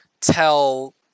tell